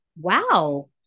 Wow